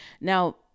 Now